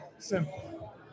simple